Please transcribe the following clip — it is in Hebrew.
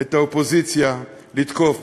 את האופוזיציה לתקוף,